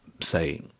say